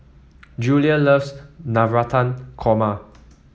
Julia loves Navratan Korma